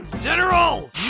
General